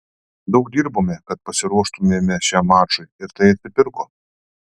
daug dirbome kad pasiruoštumėme šiam mačui ir tai atsipirko